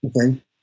okay